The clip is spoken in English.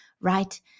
right